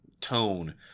tone